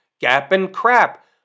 Gap-and-crap